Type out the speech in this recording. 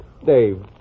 Dave